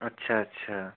अच्छा अच्छा